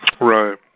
Right